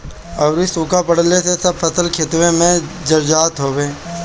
अउरी सुखा पड़ला से सब फसल खेतवे में जर जात हवे